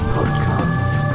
Podcast